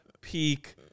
peak